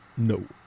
No